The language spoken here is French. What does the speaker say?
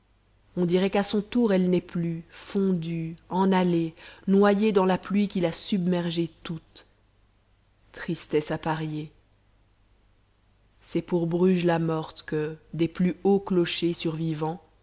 on dirait qu'à son tour elle n'est plus fondue en allée noyée dans la pluie qui l'a submergée toute tristesse appariée c'est pour bruges la morte que des plus hauts clochers survivants